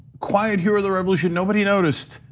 quiet here the revolution nobody noticed.